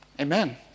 amen